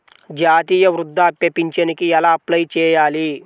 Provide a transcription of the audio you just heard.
జాతీయ వృద్ధాప్య పింఛనుకి ఎలా అప్లై చేయాలి?